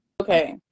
Okay